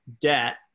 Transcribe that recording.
debt